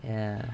ya